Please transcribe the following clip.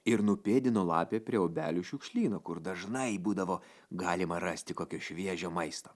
ir nupėdino lapė prie obelių šiukšlyno kur dažnai būdavo galima rasti kokio šviežio maisto